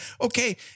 Okay